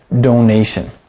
donation